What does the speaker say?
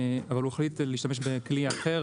החליט להשתמש בכלי אחר,